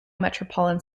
metropolitan